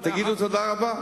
תגידו תודה רבה.